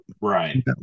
right